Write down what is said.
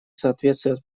соответствует